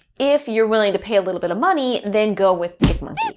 if you're willing to pay a little bit of money, then go with picmonkey.